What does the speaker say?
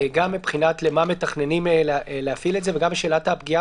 גם למה מתכננים להפעיל את זה וגם שאלת הפגיעה